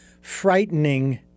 frightening